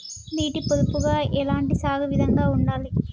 నీటి పొదుపుగా ఎలాంటి సాగు విధంగా ఉండాలి?